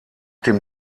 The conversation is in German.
dem